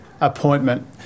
appointment